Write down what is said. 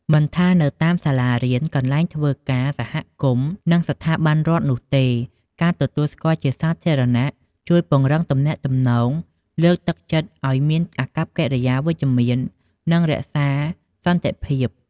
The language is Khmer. មិនថានៅតាមសាលារៀន កន្លែងធ្វើការ សហគមន៍ និងស្ថាប័នរដ្ឋនោះទេ ការទទួលស្គាល់ជាសាធារណៈជួយពង្រឹងទំនាក់ទំនង លើកទឹកចិត្តឱ្យមានអាកប្បកិរិយាវិជ្ជមាន និងរក្សាសន្តិភាព។